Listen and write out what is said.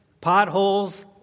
potholes